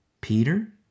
Peter